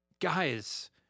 Guys